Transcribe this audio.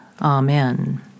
Amen